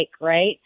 right